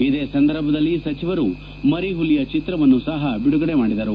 ಇದೇ ಸಂದರ್ಭದಲ್ಲಿ ಸಚಿವರು ಮರಿ ಹುಲಿಯ ಚಿತ್ರವನ್ನು ಸಹ ಬಿಡುಗಡೆ ಮಾಡಿದರು